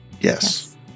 Yes